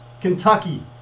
Kentucky